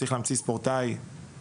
צריך להמציא עוד הגדרה